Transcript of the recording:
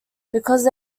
because